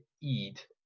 eat